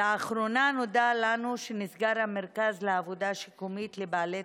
1896, שנת שמיטה, שנת שמיטה בארץ